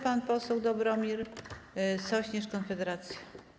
Pan poseł Dobromir Sośnierz, Konfederacja.